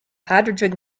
hydrogen